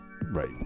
Right